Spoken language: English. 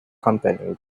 companies